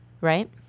right